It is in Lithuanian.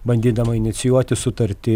bandydama inicijuoti sutartį